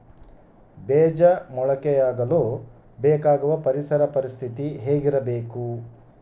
ಬೇಜ ಮೊಳಕೆಯಾಗಲು ಬೇಕಾಗುವ ಪರಿಸರ ಪರಿಸ್ಥಿತಿ ಹೇಗಿರಬೇಕು?